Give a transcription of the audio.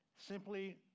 simply